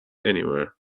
anywhere